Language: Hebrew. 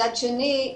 מצד שני,